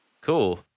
cool